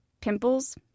Pimples